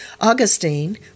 Augustine